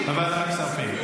ועדת כספים.